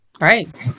Right